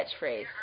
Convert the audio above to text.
catchphrase